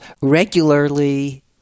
regularly